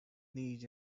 knees